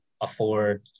afford